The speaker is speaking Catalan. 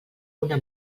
una